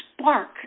spark